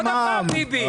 עוד הפעם ביבי.